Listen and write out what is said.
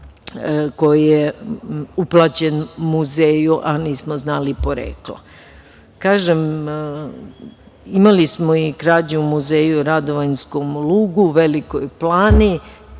koji je uplaćen muzeju, a nismo znali poreklo. Imali smo i krađu u Muzeju Radovanjskom lugu u Velikoj Plani.